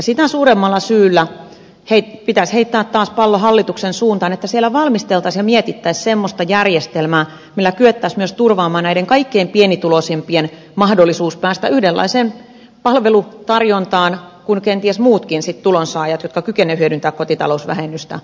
sitä suuremmalla syyllä pitäisi heittää taas pallo hallituksen suuntaan että siellä valmisteltaisiin ja mietittäisiin semmoista järjestelmää millä kyettäisiin myös turvaamaan näiden kaikkein pienituloisimpien mahdollisuus päästä yhdenlaiseen palvelutarjontaan kuin kenties muutkin tulonsaajat jotka kykenevät hyödyntämään kotitalousvähennystä